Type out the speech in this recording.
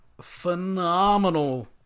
phenomenal